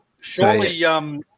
Surely